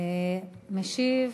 משיב